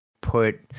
put